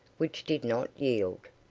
which did not yield.